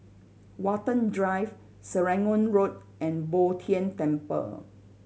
Watten Drive Serangoon Road and Bo Tien Temple